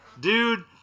Dude